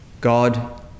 God